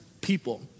people